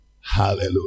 Hallelujah